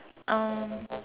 um